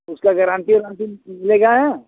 उसका guarantee warranty मिलेगा न